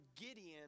Gideon